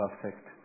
perfect